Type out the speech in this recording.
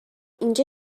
اینجا